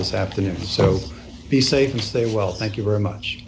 this afternoon so be safe and stay well thank you very much